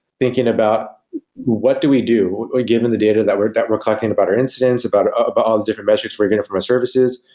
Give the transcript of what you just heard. thinking about what do we do given the data that we're that we're collecting about incidents, about about all the different metrics we're getting from our services.